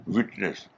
Witness